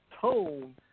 tone